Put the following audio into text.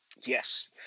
yes